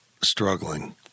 struggling